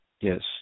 Yes